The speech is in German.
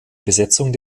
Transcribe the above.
besetzung